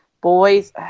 boys